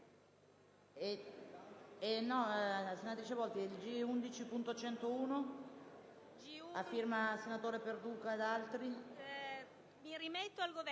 Sen.